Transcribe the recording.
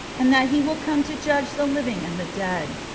and that he will come to judge the living and the dead.